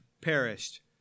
perished